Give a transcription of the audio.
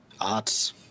arts